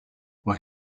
why